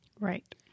Right